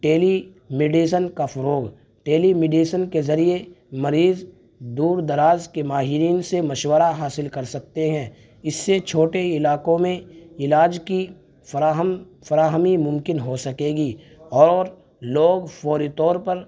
ٹیلی medicine کا فروغ telemedicine کے ذریعے مریض دور دراز کے ماہرین سے مشورہ حاصل کر سکتے ہیں اس سے چھوٹے علاقوں میں علاج کی فراہم فراہمی ممکن ہو سکے گی اور لوگ فوری طور پر